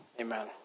Amen